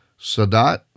Sadat